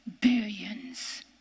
billions